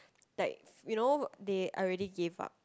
like you know they already gave up